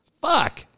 Fuck